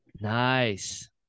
Nice